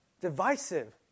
divisive